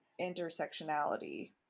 intersectionality